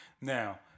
Now